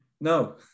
No